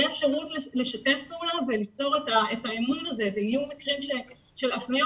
יהיה אפשרות לשתף פעולה וליצור את האמון הזה ויהיו מקרים של הפניות,